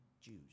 Jews